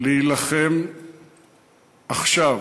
להילחם עכשיו,